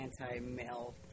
anti-male